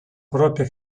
propria